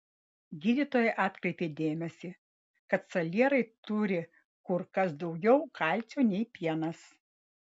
gydytoja atkreipė dėmesį kad salierai turi kur kas daugiau kalcio nei pienas